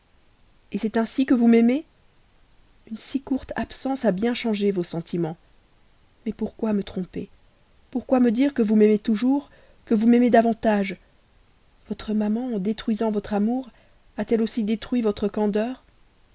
et c'est ainsi que vous aimez une si courte absence a bien changé vos sentiments mais pourquoi me tromper pourquoi me dire que vous m'aimez toujours que vous m'aimez davantage votre maman en détruisant votre amour a-t-elle aussi détruit votre candeur